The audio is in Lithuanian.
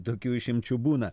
tokių išimčių būna